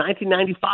1995